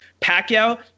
Pacquiao